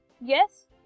yes